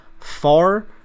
far